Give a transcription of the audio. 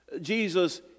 Jesus